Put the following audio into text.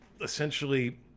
essentially